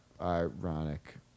Ironic